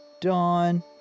Dawn